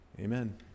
Amen